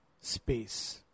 space